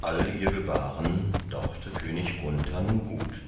all ihr gebaren dauchte könig gunthern gut